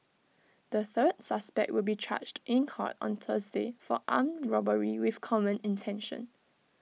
the third suspect will be charged in court on Thursday for armed robbery with common intention